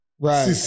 Right